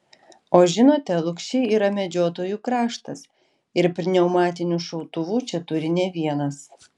o žinote lukšiai yra medžiotojų kraštas ir pneumatinių šautuvų čia turi ne vienas